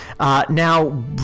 Now